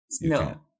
No